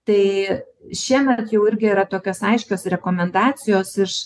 tai šiemet jau irgi yra tokios aiškios rekomendacijos iš